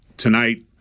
tonight